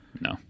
No